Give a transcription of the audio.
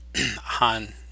Han